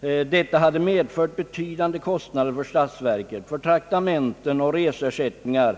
vilket hade medfört beiydande utgifter för statsverket i form av traktamenten och reseersättningar.